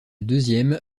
deuxième